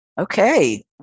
Okay